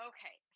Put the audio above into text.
Okay